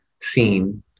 seen